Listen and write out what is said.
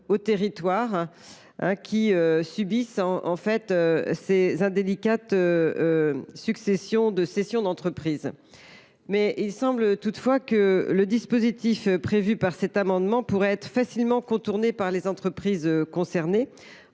aux territoires qui subissent ces indélicates successions de cessions d’entreprise. Toutefois, il semble que le dispositif prévu dans cet amendement pourrait être facilement contourné par les entreprises concernées,